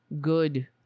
good